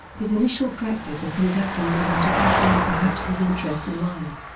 his initial practice of conducting without a baton and perhaps his interest in mahler.